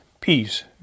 peace